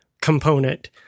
component